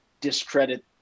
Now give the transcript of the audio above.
discredit